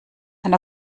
ein